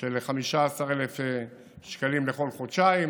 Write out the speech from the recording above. של 15,000 שקלים על כל חודשיים